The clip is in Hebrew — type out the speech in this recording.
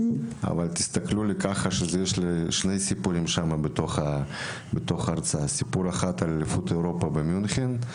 יש שני סיפורים בתוך ההרצאה: סיפור אחד הוא על אליפות אירופה במינכן,